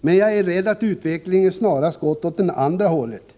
Jag är emellertid rädd att utvecklingen snarast har gått åt andra hållet.